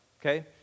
Okay